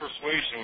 persuasion